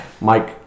Mike